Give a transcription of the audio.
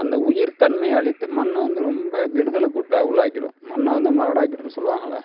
அந்த உயிர் தன்மையை அழித்து மண்ணை வந்து ரொம்ப கெடுதலுக்கு உள்ளாக்கிடும் மண்ணை வந்து மலடாக்கிடும்னு சொல்லுவாங்களே